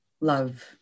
Love